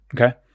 Okay